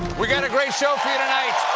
we got a great show four tonight.